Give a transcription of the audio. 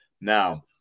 Now